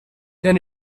then